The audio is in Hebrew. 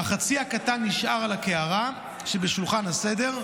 החצי הקטן נשאר על הקערה שבשולחן הסדר,